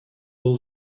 был